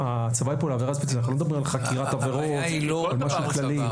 אנחנו לא מדברים על חקירת עבירות ועל משהו כללי.